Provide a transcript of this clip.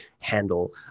handle